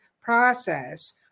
process